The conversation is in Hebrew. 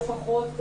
לא פחות,